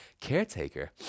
caretaker